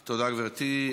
תודה, גברתי.